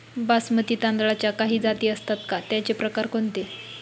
बासमती तांदळाच्या काही जाती असतात का, त्याचे प्रकार कोणते?